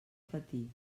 patir